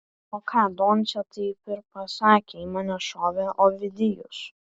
o ką doncė taip ir pasakė į mane šovė ovidijus